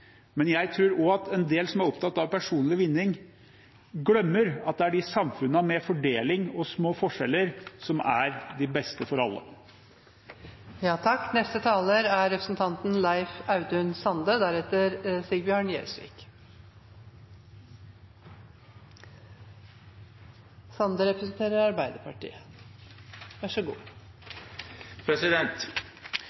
Men jeg tror at også en del av dem som er opptatt av personlig vinning, glemmer at det er de samfunnene med fordeling og små forskjeller som er de beste for alle. Ein politikk som motverkar økonomiske forskjellar, er